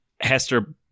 Hester